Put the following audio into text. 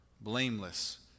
blameless